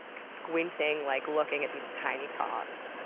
squinting, like looking at these tiny cogs.